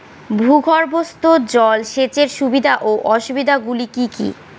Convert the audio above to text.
ভূগর্ভস্থ জল সেচের সুবিধা ও অসুবিধা গুলি কি কি?